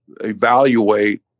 evaluate